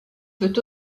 peut